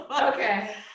Okay